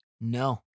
No